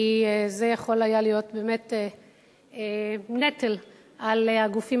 כי זה יכול היה להיות באמת נטל על הגופים